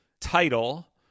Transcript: title